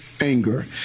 anger